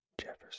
Jefferson